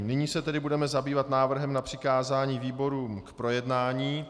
Nyní se budeme zabývat návrhem na přikázání výborům k projednání.